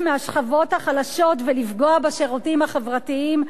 מהשכבות החלשות ולפגוע בשירותים החברתיים,